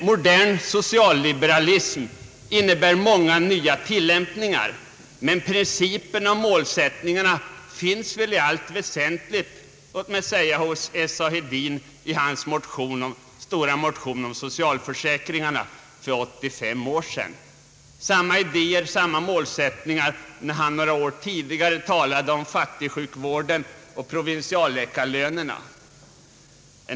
Modern = socialliberalism «innebär många nya tillämpningar, men principerna och målsättningarna finns i allt väsentligt hos t.ex. S. A. Hedin i hans stora motion om socialförsäkringarna för 85 år sedan. Det var samma idéer och samma målsättningar när han några år tidigare talade om fattigsjukvården och provinsialläkarlönerna.